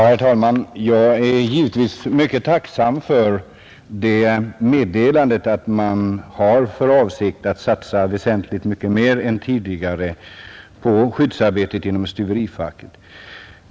Herr talman! Jag är givetvis mycket tacksam för meddelandet att man har för avsikt att satsa väsentligt mycket mer än tidigare på skyddsarbetet inom stuverifacket.